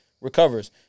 recovers